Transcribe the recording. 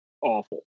awful